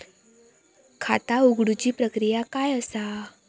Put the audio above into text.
खाता उघडुची प्रक्रिया काय असा?